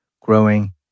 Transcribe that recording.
growing